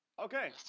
Okay